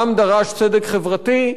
העם דרש צדק חברתי,